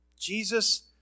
Jesus